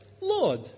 Lord